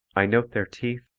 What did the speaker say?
i note their teeth,